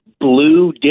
blue